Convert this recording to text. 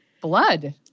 blood